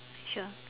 sure